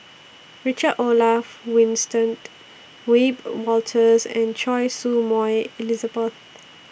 Richard Olaf Winstedt Wiebe Wolters and Choy Su Moi Elizabeth